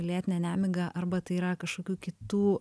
lėtinė nemiga arba tai yra kažkokių kitų